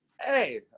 hey